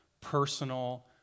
personal